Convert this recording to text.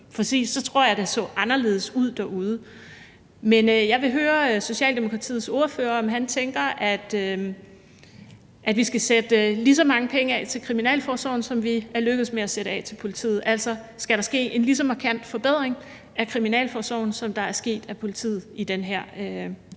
så tror jeg, at det så anderledes ud derude. Men jeg vil høre Socialdemokratiets ordfører, om han tænker, at vi skal sætte lige så mange penge af til kriminalforsorgen, som vi er lykkedes med at sætte af til politiet – altså, skal der ske en lige så markant forbedring af kriminalforsorgen, som der er sket med politiet i den her